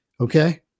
Okay